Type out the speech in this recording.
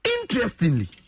Interestingly